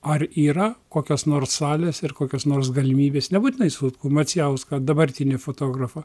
ar yra kokios nors salės ir kokios nors galimybės nebūtinai sutkų macijauską dabartinį fotografą